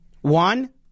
one